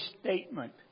statement